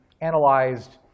analyzed